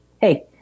hey